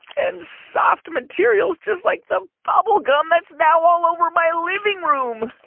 and soft materials, just like the bubble gum that's now all over my living room